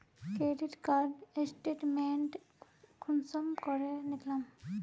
Credit card statement कुंसम करे निकलाम?